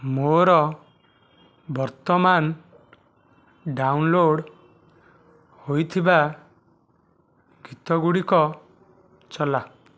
ମୋର ବର୍ତ୍ତମାନ ଡାଉନଲୋଡ଼୍ ହୋଇଥିବା ଗୀତ ଗୁଡ଼ିକ ଚଲା